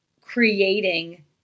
creating